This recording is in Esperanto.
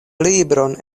libron